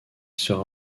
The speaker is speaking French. sera